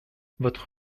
votre